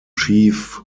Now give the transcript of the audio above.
chief